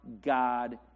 god